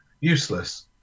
useless